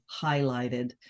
highlighted